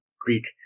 Greek